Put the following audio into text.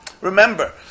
Remember